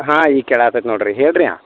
ಹಾಂ ಈ ಕೇಳಾತಕ್ ನೋಡ್ರಿ ಹೇಳ್ರಿಯ